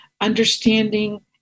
understanding